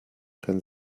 kann